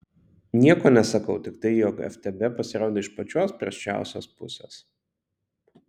nieko nesakau tik tai jog ftb pasirodė iš pačios prasčiausios pusės